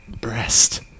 breast